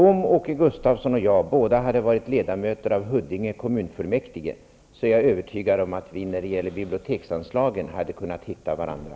Om både Åke Gustavsson och jag hade varit ledamöter av Huddinge kommunfullmäktige, är jag övertygad om att vi när det gäller biblioteksanslagen hade kunnat hitta varandra.